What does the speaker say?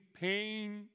pain